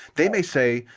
they may say,